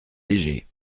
léger